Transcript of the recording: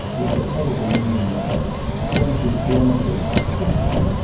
which were probably moving at twenty kilometres a second,